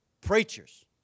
Preachers